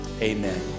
Amen